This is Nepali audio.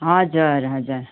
हजुर हजुर